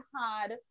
hard